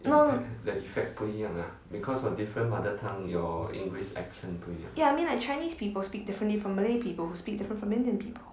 no ya I mean like chinese people speak differently from malay people who speak different from indian people